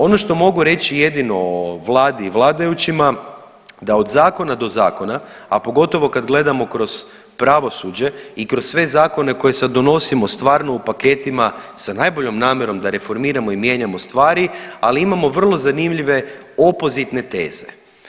Ono što mogu reći jedino o vladi i vladajućima da od zakona do zakona, a pogotovo kad gledamo kroz pravosuđe i kroz sve zakone koje sada donosimo stvarno u paketima da najboljom namjerom da reformiramo i mijenjamo stvari, ali imamo vrlo zanimljive opozitne teze.